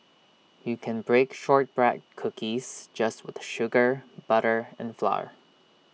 you can bake Shortbread Cookies just with sugar butter and flour